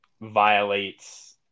violates